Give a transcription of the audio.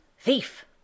Thief